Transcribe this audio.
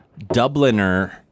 Dubliner